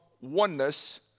oneness